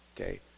okay